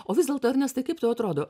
o vis dėlto ernestai kaip tau atrodo